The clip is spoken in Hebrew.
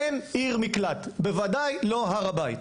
אין עיר מקלט, בוודאי לא הר הבית.